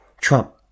Trump